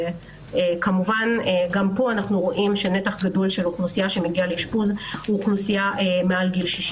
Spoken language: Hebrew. גם פה אנחנו רואים שנתח גדול מהאוכלוסייה שמגיעה לאשפוז הוא מעל גיל 60,